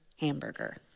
hamburger